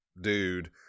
dude